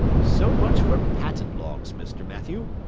so much for patent-logs, mr. mathew,